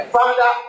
Father